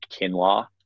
Kinlaw